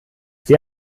sie